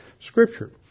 Scripture